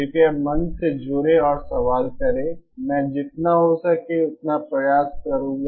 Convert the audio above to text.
कृपया मंच से जुड़ें और सवाल करें मैं जितना हो सके उतना प्रयास करूँगा